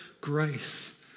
grace